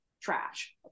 trash